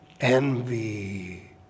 Envy